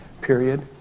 period